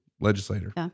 legislator